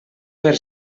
per